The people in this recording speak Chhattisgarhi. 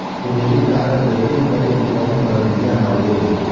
क्रेडिट कारड एक्टिव करे के कौन प्रक्रिया हवे?